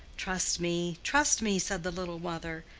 trust me, trust me, said the little mother.